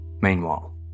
Meanwhile